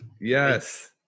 Yes